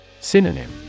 Synonym